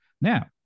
Now